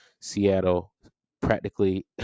Seattle—practically